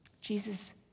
Jesus